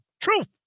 truth